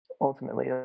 ultimately